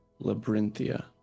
Labyrinthia